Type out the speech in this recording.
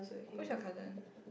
who is your cousin